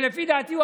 ולפי דעתי,